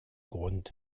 grund